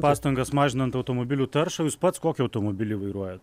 pastangas mažinant automobilių taršą o jūs pats kokį automobilį vairuojat